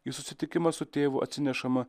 į susitikimą su tėvu atsinešama